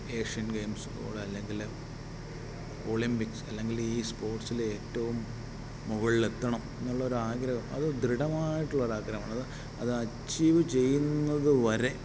Asian Games പോലെ അല്ലെങ്കിൽ Olympics അല്ലെങ്കിലീ സ്പോർട്സിലെ ഏറ്റവും മുകളിലെത്തണം എന്നുള്ളൊരാഗ്രഹം അതു ദൃഢമായിട്ടുള്ളൊരു ആഗ്രഹമാണത് അത് അച്ചീവ് ചെയ്യുന്നതു വരെ